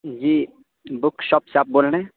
جی book shop سے آپ بول رہے ہیں